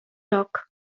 rok